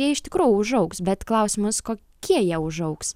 jie iš tikrųjų užaugs bet klausimas kokie jie užaugs